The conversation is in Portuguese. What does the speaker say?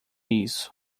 isso